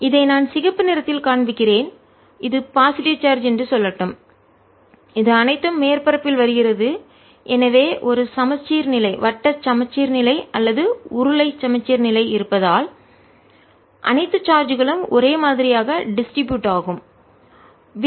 இதை நான் சிகப்பு நிறத்தில் காண்பிக்கிறேன் இது பாசிட்டிவ் நேர்மறை சார்ஜ் என்று சொல்லட்டும் இது அனைத்தும் மேற்பரப்பில் வருகிறது எனவே ஒரு சமச்சீர்நிலை வட்ட சமச்சீர்நிலை அல்லது உருளை சமச்சீர்மை இருப்பதால் அனைத்து சார்ஜ் களும் ஒரே மாதிரியாக டிஸ்ட்ரிபியூட் ஆகும் விநியோகிக்கப்படும்